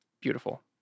beautiful